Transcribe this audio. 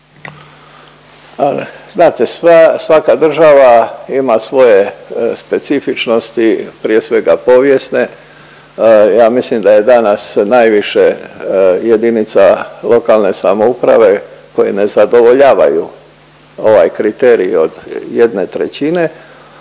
sva, svaka država ima svoje specifičnosti prije svega povijesne. Ja mislim da je danas najviše jedinica lokalne samouprave koji ne zadovoljavaju ovaj kriterij od 1/3, a dale